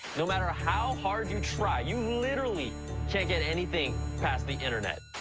no matter ah how hard you try, you literally can't get anything past the internet.